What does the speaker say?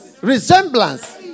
Resemblance